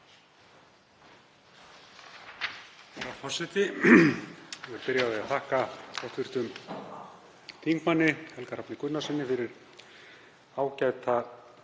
Það er að